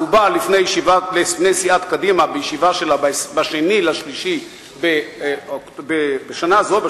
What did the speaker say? הוא בא לפני סיעת קדימה בישיבה שלה ב-2 במרס שנה זו,